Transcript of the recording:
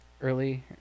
early